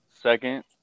Second